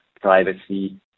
privacy